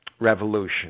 revolution